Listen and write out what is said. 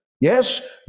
yes